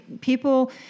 people